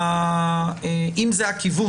אם זה הכיוון